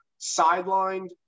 sidelined